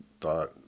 thought